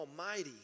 Almighty